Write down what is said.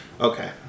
Okay